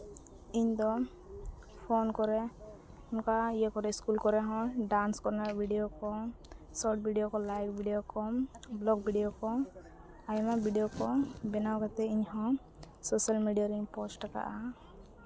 ᱤᱧ ᱫᱚ ᱯᱷᱳᱱ ᱠᱚᱨᱮ ᱱᱚᱝᱠᱟ ᱤᱭᱟᱹ ᱠᱚᱨᱮᱫ ᱥᱠᱩᱞ ᱠᱚᱨᱮ ᱦᱚᱸ ᱰᱟᱱᱥ ᱠᱚᱨᱮᱱᱟᱜ ᱵᱷᱤᱰᱤᱭᱳ ᱠᱚ ᱥᱚᱨᱴ ᱵᱷᱤᱰᱤᱭᱳ ᱠᱚ ᱞᱟᱭᱤᱠ ᱵᱷᱤᱰᱤᱭᱳ ᱠᱚ ᱵᱞᱚᱜ ᱵᱷᱤᱰᱤᱭᱳ ᱠᱚ ᱟᱭᱢᱟ ᱵᱷᱤᱰᱤᱭᱳ ᱠᱚ ᱵᱮᱱᱟᱣ ᱠᱟᱛᱮᱫ ᱤᱧᱦᱚᱸ ᱥᱳᱥᱟᱞ ᱢᱤᱰᱤᱭᱟ ᱨᱤᱧ ᱯᱳᱥᱴ ᱟᱠᱟᱫᱼᱟ